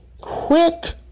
quick